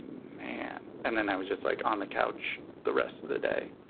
man. and then i was just like on the couch the rest of the day.